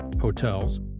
hotels